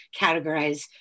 categorize